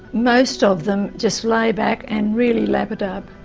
most of them just lay back and really lap it up,